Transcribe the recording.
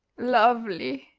lovely!